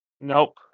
Nope